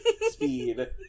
speed